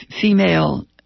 female